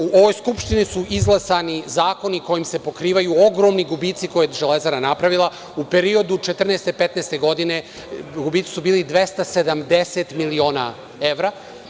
U ovoj Skupštini su izglasani zakoni kojim se pokrivaju ogromni gubici koje je „Železara“ napravila, u periodu 2014-2015. godine, gubici su bili 270 miliona evra.